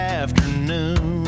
afternoon